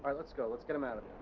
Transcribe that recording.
and let's go. let's get him out of